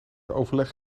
overleg